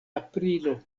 aprilo